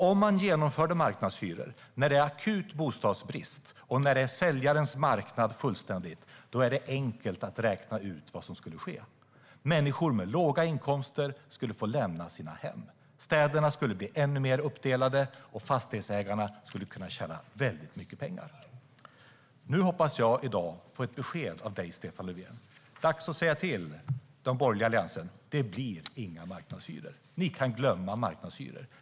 Om man genomförde marknadshyror när det är akut bostadsbrist och fullständigt är säljarens marknad är det enkelt att räkna ut vad som skulle ske. Människor med låga inkomster skulle få lämna sina hem. Städerna skulle bli ännu mer uppdelade, och fastighetsägarna skulle kunna tjäna väldigt mycket pengar. Nu hoppas jag i dag få ett besked av dig, Stefan Löfven. Det är dags att säga till de borgerliga i Alliansen: Det blir inga marknadshyror. Ni kan glömma marknadshyror.